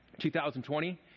2020